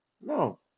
No